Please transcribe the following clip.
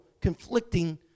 conflicting